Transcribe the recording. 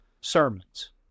sermons